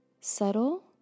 subtle